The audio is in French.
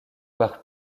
par